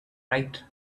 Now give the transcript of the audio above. write